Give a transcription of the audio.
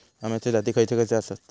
अम्याचे जाती खयचे खयचे आसत?